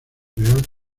real